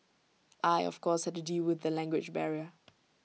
I of course had to deal with the language barrier